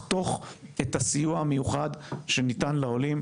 העלייה יש אירועים שהמשרד נותן להם מענה.